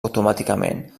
automàticament